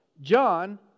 John